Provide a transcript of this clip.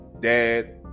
Dad